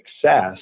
success